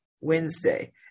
Wednesday